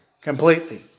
completely